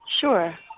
Sure